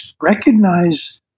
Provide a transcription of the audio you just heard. recognize